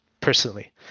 personally